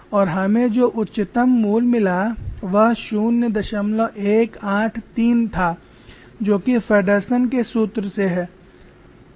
और हमें जो उच्चतम मूल्य मिला वह 0183 था जो कि फेडरसन के सूत्र से है